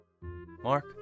Mark